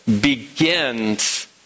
begins